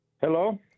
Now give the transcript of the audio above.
Hello